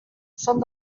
són